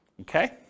okay